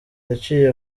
yaciye